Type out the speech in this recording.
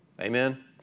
Amen